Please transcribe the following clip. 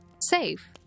safe